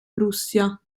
prussia